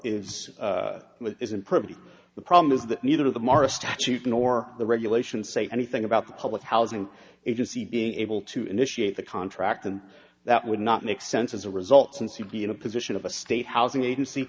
pretty the problem is that neither of them are a statute nor the regulations say anything about the public housing agency being able to initiate the contract and that would not make sense as a result since he'd be in a position of a state housing agency